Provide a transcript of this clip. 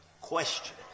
question